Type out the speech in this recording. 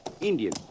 Indian